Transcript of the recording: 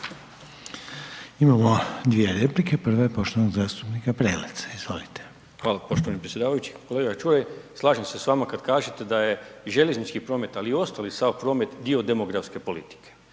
Imamo dvije replike, prva je poštovanog zastupnika Preleca, izvolite. **Prelec, Alen (SDP)** Hvala poštovani predsjedavajući. Kolega Čuraj, slažem se s vama kad kažete da je željeznički promet ali i ostali sav promet dio demografske politike.